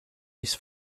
his